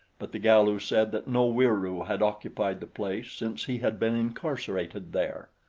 but the galu said that no weiroo had occupied the place since he had been incarcerated there.